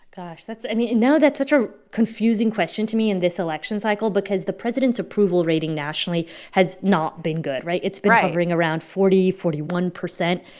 gosh, that's i mean now that's such a confusing question to me in this election cycle because the president's approval rating nationally has not been good, right? right it's been hovering around forty, forty one percent.